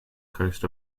coast